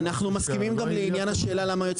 אנו מסכימים גם לעניין השאלה למה היועץ